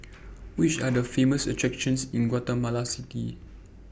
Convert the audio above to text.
Which Are The Famous attractions in Guatemala City